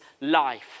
life